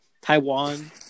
Taiwan